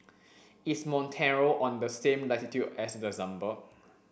is Montenegro on the same latitude as Luxembourg